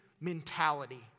mentality